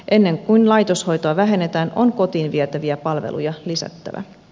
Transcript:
ennen kuin laitoshoitoa vähennetään on kotiin vietäviä palveluja lisättävä